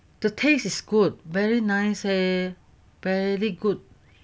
the taste is good very nice leh very good